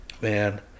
Man